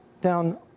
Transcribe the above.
down